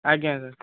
ଆଜ୍ଞା ସାର୍